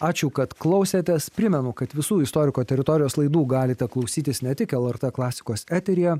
ačiū kad klausėtės primenu kad visų istoriko teritorijos laidų galite klausytis ne tik lrt klasikos eteryje